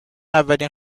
اولین